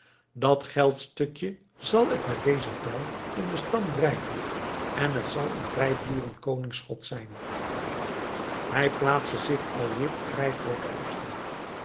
dat geldstukje zal ik met dezen pijl in den stam drijven en het zal een vrijboeren koningsschot zijn hij plaatste zich al weer op vrij grooten afstand